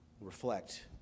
reflect